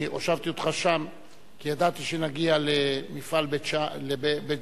אני הושבתי אותך שם כי ידעתי שנגיע למפעל בית-ג'ן.